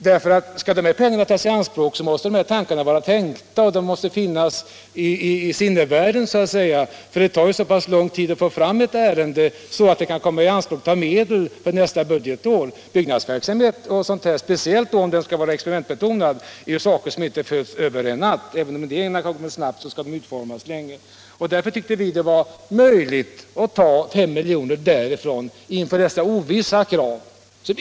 Skall alla 22 miljonerna tas i anspråk måste projekten finnas så att säga i sinnevärlden, för det tar rätt avsevärd tid att få fram ett ärende så långt att medel kan tas i anspråk av anslaget för nästa budgetår. Byggnadsverksamhet, speciellt om den skall vara experimentbetonad, sätts inte i gång över en natt. Även om idéerna kommer snabbt så tar det sin tid att utforma dem. Därför tyckte vi att det fanns anledning att minska beloppet med 5 miljoner.